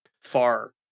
far